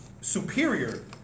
superior